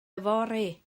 yfory